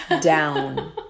down